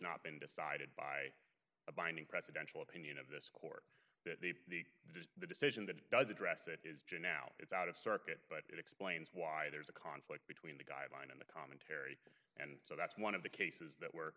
not been decided by a binding presidential opinion of this court that the the decision that does address it is janeiro it's out of circuit but it explains why there's a conflict between the guideline and the commentary and so that's one of the cases that we're